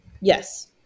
Yes